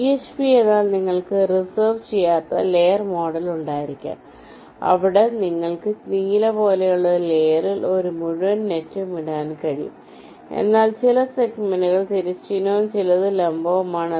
VHV എന്നാൽ നിങ്ങൾക്ക് reserve ചെയ്യാത്ത ലെയർ മോഡൽ ഉണ്ടായിരിക്കാം അവിടെ നിങ്ങൾക്ക് നീല പോലെയുള്ള ഒരേ ലെയറിൽ ഒരു മുഴുവൻ നെറ്റും ഇടാൻ കഴിയും അതിനാൽ ചില സെഗ്മെന്റുകൾ തിരശ്ചീനവും ചിലത് ലംബവുമാണ്